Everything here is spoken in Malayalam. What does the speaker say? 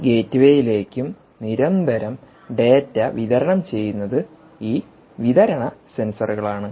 ഈ ഗേറ്റ്വേയിലേക്കും നിരന്തരം ഡാറ്റ വിതരണം ചെയ്യുന്നത് ഈ വിതരണ സെൻസറുകളാണ്